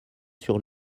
sur